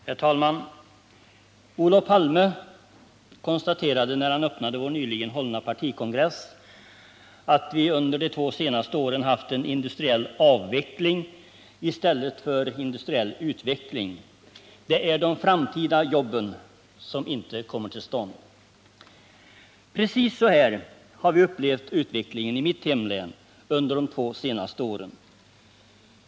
Herr talman! Olof Palme konstaterade när han öppnade vår nyligen hållna partikongress att vi under de senaste två åren haft en industriell avveckling i stället för en industriell utveckling. Det är de framtida jobben som inte kommer till stånd. Precis så har vi upplevt utvecklingen i mitt hemlän under de två senaste åren.